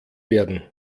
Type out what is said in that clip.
werden